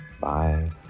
bye